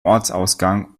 ortsausgang